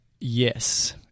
yes